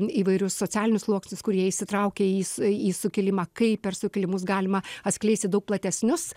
įvairius socialinius sluoksnius kurie įsitraukė į į sukilimą kaip per sukilimus galima atskleisti daug platesnius